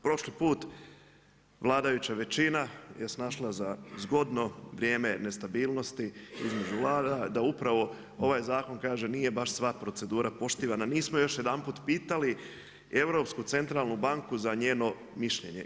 Prošli put vladajuća većina je snašla za zgodno vrijeme nestabilnosti između Vlada da upravo ovaj zakon kaže da nije baš sva procedura poštivana, nismo još jedanput pitali Europsku centralnu banku za njeno mišljenje.